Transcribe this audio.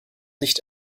nicht